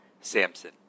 Samson